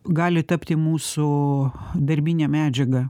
gali tapti mūsų darbine medžiaga